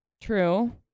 True